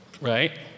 right